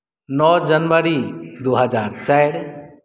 नओ जनवरी दू हजार चारि